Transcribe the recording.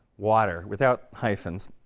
water without hyphens,